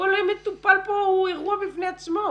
כל מטופל פה הוא אירוע בפני עצמו.